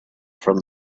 from